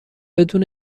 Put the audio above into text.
بدون